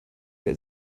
wer